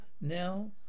Now